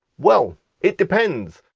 well it depends.